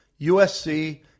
usc